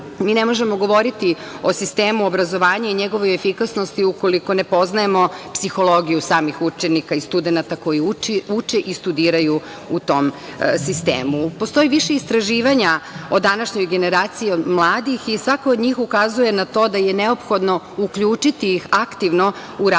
Mi ne možemo govoriti o sistemu obrazovanja i njegovoj efikasnosti ukoliko ne poznajemo psihologiju samih učenika i studenata koji uče i studiraju u tom sistemu. Postoji više istraživanja o današnjoj generaciji mladih i svako od njih ukazuje na to da je neophodno uključiti ih aktivno u raspravu